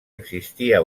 existia